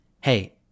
hey